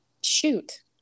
shoot